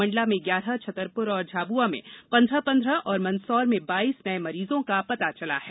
मण्डला में ग्यारह छतरपुर और झाबुआ में पन्द्रह पंद्रह और मंदसौर में बाईस नये मरीजों का पता चला है